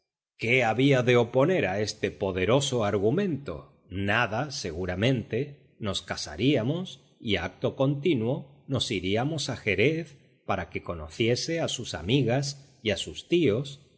que había de oponer a este poderoso argumento nada seguramente nos casaríamos y acto continuo nos iríamos a jerez para que conociese a sus amigas y a sus tíos